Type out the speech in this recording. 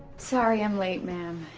sorry i'm late, ma'am.